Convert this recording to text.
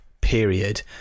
period